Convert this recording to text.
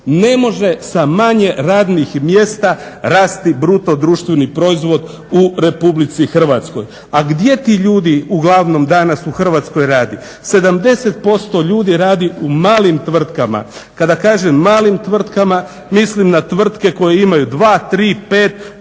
Ne može sa radnih mjesta rasti BDP u RH. A gdje ti ljudi uglavnom danas u Hrvatskoj rade? 70% ljudi radi u malim tvrtkama. Kada kažem malim tvrtkama mislim na tvrtke koje imaju 2, 3, 5,